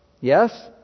yes